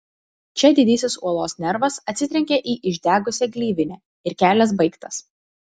čia didysis uolos nervas atsitrenkia į išdegusią gleivinę ir kelias baigtas